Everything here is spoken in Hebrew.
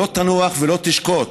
לא תנוח ולא תשקוט